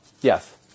Yes